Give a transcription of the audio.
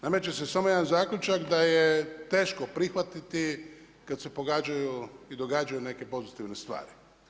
Nameće se samo jedan zaključak, da je teško prihvatiti, kad se pogađaju i događaju neke pozitivne stvari.